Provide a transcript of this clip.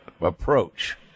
approach